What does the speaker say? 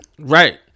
Right